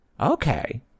Okay